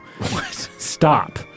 stop